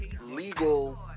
legal